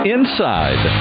Inside